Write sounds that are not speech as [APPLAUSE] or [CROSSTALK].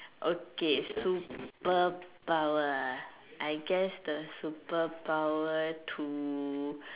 okay super power I guess the super power to [BREATH]